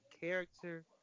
character